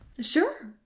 Sure